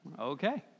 Okay